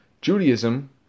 Judaism